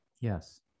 yes